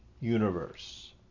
universe